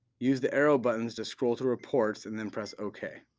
use the arrow buttons to scroll to reports, and then press ok.